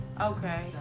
Okay